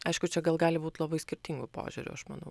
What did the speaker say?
aišku čia gal gali būt labai skirtingų požiūrių aš manau